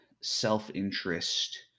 self-interest